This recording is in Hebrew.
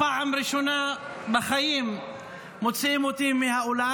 פעם ראשונה בחיים מוציאים אותי מהאולם.